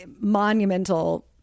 monumental